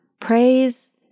Praise